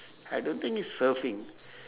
I don't think it's surfing